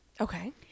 okay